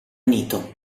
unito